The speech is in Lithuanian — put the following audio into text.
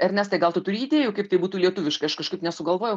ernestai gal tu turi idėjų kaip tai būtų lietuviškai aš kažkaip nesugalvojau